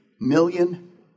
million